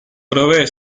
provee